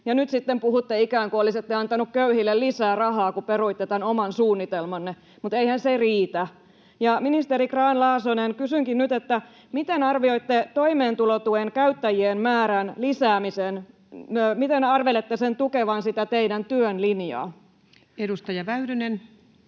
nyt sitten puhutte ikään kuin olisitte antanut köyhille lisää rahaa, kun peruitte tämän oman suunnitelmanne. Mutta eihän se riitä. Ministeri Grahn-Laasonen, kysynkin nyt: miten arvelette toimeentulotuen käyttäjien määrän lisäämisen tukevan sitä teidän työn linjaanne?